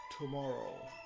tomorrow